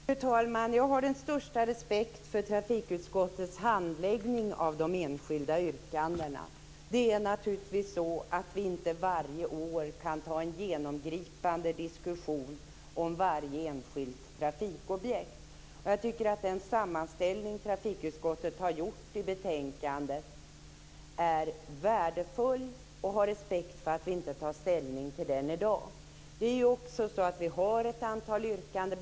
Fru talman! Jag har den största respekt för trafikutskottets handläggning av de enskilda yrkandena. Naturligtvis kan vi inte varje år föra en genomgripande diskussion om varje enskilt trafikobjekt. Jag tycker att den sammanställning som trafikutskottet har gjort i betänkandet är värdefull, och jag har respekt för att vi inte tar ställning till den i dag. Det är också så att vi har ett antal yrkanden.